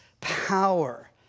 power